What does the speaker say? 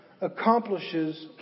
accomplishes